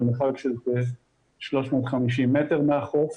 במרחק של כ-350 מטר מהחוף.